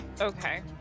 okay